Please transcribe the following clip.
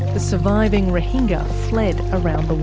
the surviving rohingya fled around